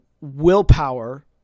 willpower